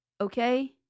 Okay